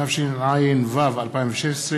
התשע"ו 2016,